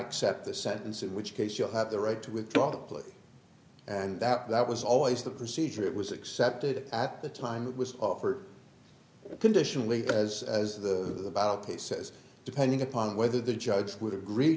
accept the sentence in which case you have the right to withdraw place and that that was always the procedure it was accepted at the time it was offered conditionally as as the about cases depending upon whether the judge would agree